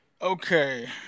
Okay